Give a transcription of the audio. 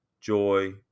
joy